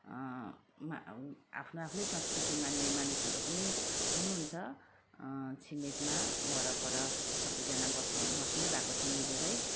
मा आफ्नो आफ्नै संस्कृति मान्ने मानिसहरू पनि हुनुहुन्छ छिमेकमा वरपर सबैजना बस्नु बस्नै भएको छ मिलेरै